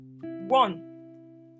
one